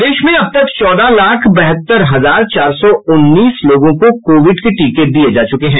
प्रदेश में अब तक चौदह लाख बहत्तर हजार चार सौ उन्नीस लोगों को कोविड के टीके दिये जा चुके हैं